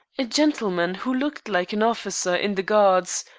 a gentleman who looked like an officer in the guards,